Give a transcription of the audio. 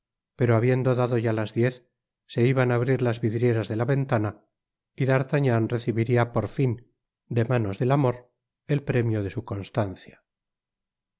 pero habiendo dado ya las diez se iban á abrir las vidrieras de la veotana y d'artagnan recibiría por tin de mapps del amor el premio de su constancia